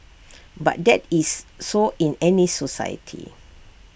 but that is so in any society